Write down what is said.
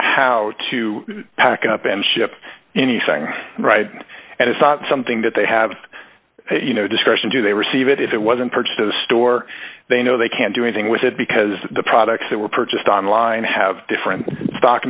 how to pack up and ship anything right and it's not something that they have you know discretion do they receive it if it wasn't part of the store they know they can't do anything with it because the products that were purchased online have different stock